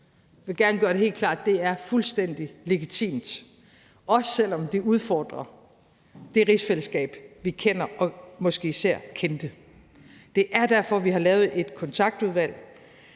Jeg vil gerne gøre det helt klart, at det er fuldstændig legitimt, også selv om det udfordrer det rigsfællesskab, vi kender, og måske især kendte. Det er derfor, vi har lavet et kontaktudvalg,